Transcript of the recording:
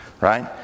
Right